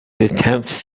attempts